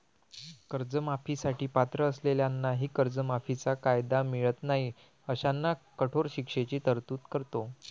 कर्जमाफी साठी पात्र असलेल्यांनाही कर्जमाफीचा कायदा मिळत नाही अशांना कठोर शिक्षेची तरतूद करतो